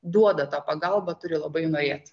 duoda tą pagalbą turi labai norėt